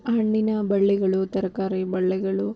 ಹಣ್ಣಿನ ಬಳ್ಳಿಗಳು ತರಕಾರಿ ಬಳ್ಳಿಗಳು